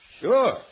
Sure